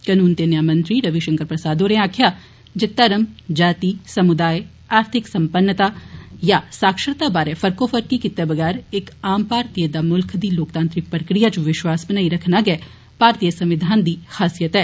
कनून ते न्यां मंत्री रवि शंकर प्रसाद होरें आक्खेआ जे धर्म जाति समुदाय आर्थिक सम्पन्नता या साक्षरता बारै फर्कोफर्की कीते बगैर इक आम भारतीय दा मुल्ख दी लोकतांत्रिक प्रक्रिया च विश्वास बनाई रखना गै भारतीय संविधान दी खासयित ऐ